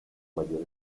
mayor